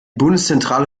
bundeszentrale